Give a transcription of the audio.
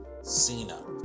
Cena